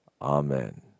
Amen